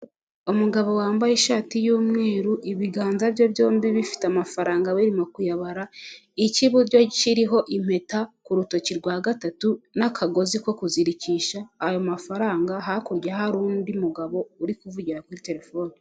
Umugabo wambaye ishati y'umweru ibiganza bye byombi bifite amafaranga birimo kuyabara, ik'iburyo kiriho impeta ku rutoki rwa gatatu n'akagozi ko kuzirikisha ayo mafaranga, hakurya hari undi mugabo uri kuvugira kuri telefoni.